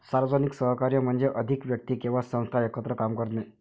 सार्वजनिक सहकार्य म्हणजे अधिक व्यक्ती किंवा संस्था एकत्र काम करणे